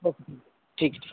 हो ठीक आहे ठीक